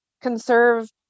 conserve